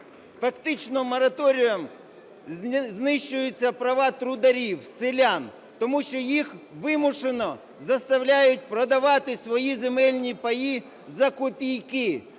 фактично мораторієм знищуються права трударів, селян. Тому що їх вимушено заставляють продавати свої земельні паї за копійки.